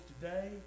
today